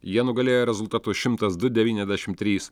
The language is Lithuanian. jie nugalėjo rezultatu šimtas du devyniasdešimt trys